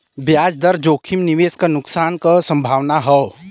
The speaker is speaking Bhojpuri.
ब्याज दर जोखिम निवेश क नुकसान क संभावना हौ